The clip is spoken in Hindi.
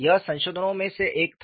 यह संशोधनों में से एक था